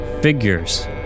figures